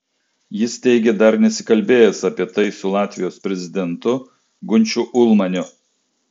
jis teigė dar nesikalbėjęs apie tai su latvijos prezidentu gunčiu ulmaniu